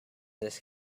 this